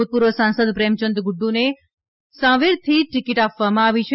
ભૂતપૂર્વ સાંસદ પ્રેમચંદ ગુફ્રને સાંવેરથી ટીકીટ આપવામાં આવી છે